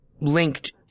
linked